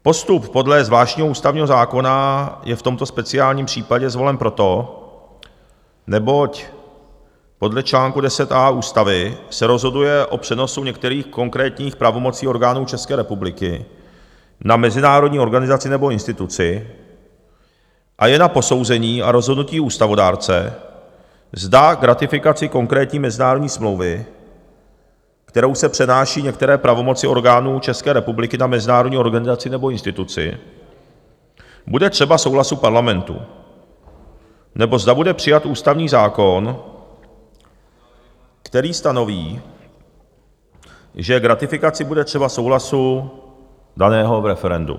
Postup podle zvláštního ústavního zákona je v tomto speciálním případě zvolen proto, neboť podle čl. 10a ústavy se rozhoduje o přenosu některých konkrétních pravomocí orgánů České republiky na mezinárodní organizaci nebo instituci a je na posouzení a rozhodnutí ústavodárce, zda k ratifikaci konkrétní mezinárodní smlouvy, kterou se přenáší některé pravomoci orgánů České republiky na mezinárodní organizaci nebo instituci, bude třeba souhlasu parlamentu, nebo zda bude přijat ústavní zákon, který stanoví, že k ratifikaci bude třeba souhlasu daného v referendu.